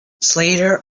slater